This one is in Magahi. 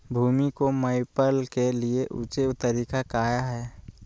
भूमि को मैपल के लिए ऊंचे तरीका काया है?